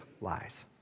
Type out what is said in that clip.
lies